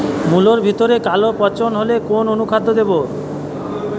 মুলোর ভেতরে কালো পচন হলে কোন অনুখাদ্য দেবো?